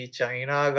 China